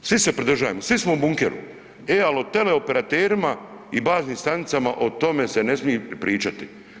Svi se pridržajemo, svi smo u bunkeru, e ali o teleoperaterima i baznim stanicama o tomi se ne smije pričati.